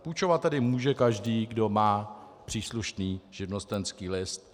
Půjčovat tedy může každý, kdo má příslušný živnostenský list.